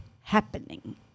happening